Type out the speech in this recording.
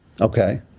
Okay